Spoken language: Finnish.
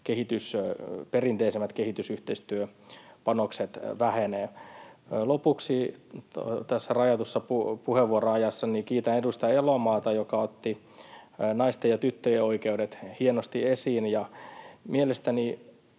perinteisemmät kehitysyhteistyöpanokset vähenevät. Lopuksi tässä rajatussa puheenvuoroajassa kiitän edustaja Elomaata, joka otti naisten ja tyttöjen oikeudet hienosti esiin. Mielestäni